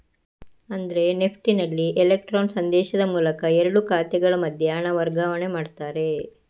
ಅಂದ್ರೆ ನೆಫ್ಟಿನಲ್ಲಿ ಇಲೆಕ್ಟ್ರಾನ್ ಸಂದೇಶದ ಮೂಲಕ ಎರಡು ಖಾತೆಗಳ ಮಧ್ಯೆ ಹಣ ವರ್ಗಾವಣೆ ಮಾಡ್ತಾರೆ